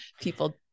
people